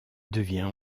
devient